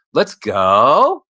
let's go.